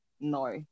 No